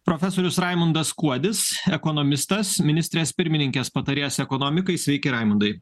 profesorius raimundas kuodis ekonomistas ministrės pirmininkės patarėjas ekonomikai sveiki raimundai